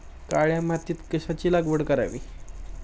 काळ्या मातीत कशाची लागवड करावी?